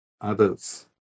others